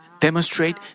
demonstrate